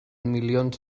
milions